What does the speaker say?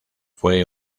fue